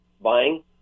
buying